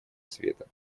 света